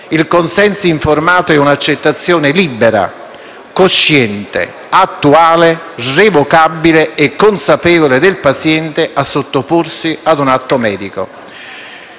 Il consenso informato è accettazione libera, cosciente, attuale, revocabile e consapevole del paziente a sottoporsi ad un atto medico.